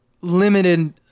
limited